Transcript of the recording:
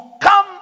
come